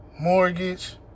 mortgage